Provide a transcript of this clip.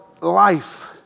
life